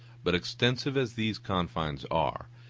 but extensive as these confines are,